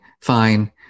fine